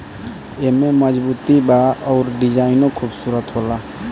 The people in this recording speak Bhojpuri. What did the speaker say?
एमे मजबूती बा अउर डिजाइनो खुबसूरत होला